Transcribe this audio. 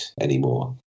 anymore